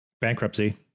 Bankruptcy